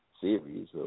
series